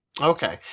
Okay